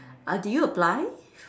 ah did you apply